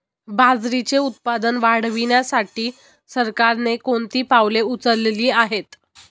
बाजरीचे उत्पादन वाढविण्यासाठी सरकारने कोणती पावले उचलली आहेत?